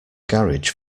garage